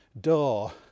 door